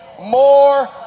more